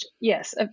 yes